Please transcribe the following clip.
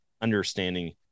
understanding